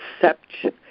perception